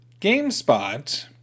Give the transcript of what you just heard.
GameSpot